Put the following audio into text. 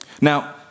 now